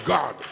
God